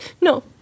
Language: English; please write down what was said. No